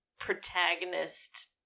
protagonist